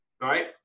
right